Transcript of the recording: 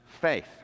faith